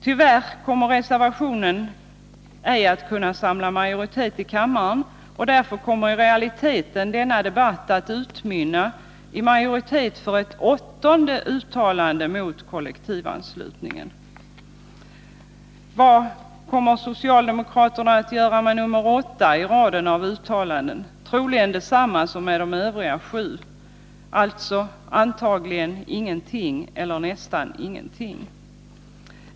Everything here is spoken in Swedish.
Tyvärr kommer reservationen ej att kunna samla majoritet i kammaren, och därför kommer i realiteten denna debatt att utmynna i majoritet för ett åttonde uttalande mot kollektivanslutningen. Vad kommer socialdemokraterna att göra med nr 8 i raden av uttalanden? Troligen detsamma som med de övriga sju — alltså ingenting eller nästan ingenting.